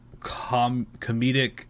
comedic